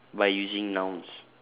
by using nouns